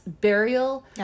Burial